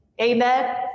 amen